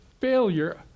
failure